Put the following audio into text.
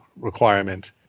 requirement